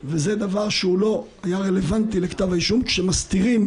אם הוא לא היה נמצא בתוך הדיונים?